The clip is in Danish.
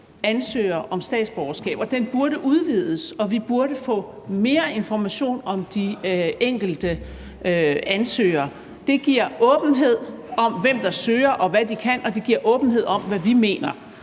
ansøger om statsborgerskab. Den burde udvides, og vi burde få mere information om de enkelte ansøgere. Det giver åbenhed om, hvem der søger, og hvad de kan, og det giver åbenhed om, hvad vi mener.